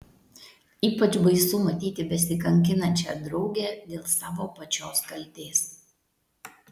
ypač baisu matyti besikankinančią draugę dėl savo pačios kaltės